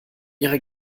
ihre